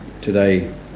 today